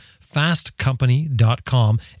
fastcompany.com